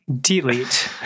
Delete